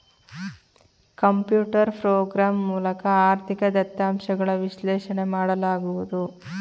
computer program ಮೂಲಕ ಆರ್ಥಿಕ ದತ್ತಾಂಶಗಳ ವಿಶ್ಲೇಷಣೆ ಮಾಡಲಾಗುವುದು